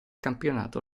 campionato